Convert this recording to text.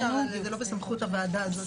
אי אפשר, זה לא בסמכות הוועדה הזאת.